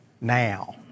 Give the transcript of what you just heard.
now